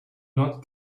not